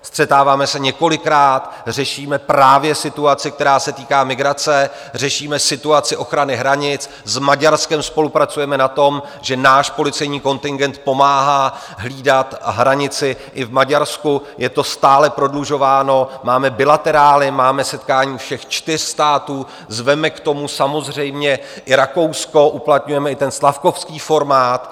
Střetáváme se několikrát, řešíme právě situaci, která se týká migrace, řešíme situace ochrany hranic, s Maďarskem spolupracujeme na tom, že náš policejní kontingent pomáhá hlídat hranici i v Maďarsku, je to stále prodlužováno, máme bilaterály, máme setkání všech čtyř států, zveme k tomu samozřejmě i Rakousko, uplatňujeme i ten slavkovský formát.